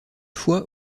fois